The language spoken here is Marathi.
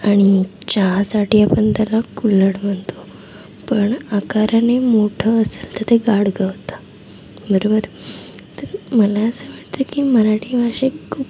आणि चहासाठी आपण त्याला कुल्हड म्हणतो पण आकाराने मोठं असेल तर ते गाडगं होतं बरोबर तर मला असं वाटतं की मराठी भाषेत खूप